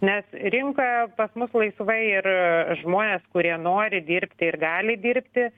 nes rinkoje pas mus laisvai ir žmonės kurie nori dirbti ir gali dirbti